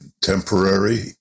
temporary